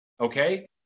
okay